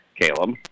Caleb